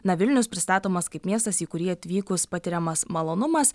na vilnius pristatomas kaip miestas į kurį atvykus patiriamas malonumas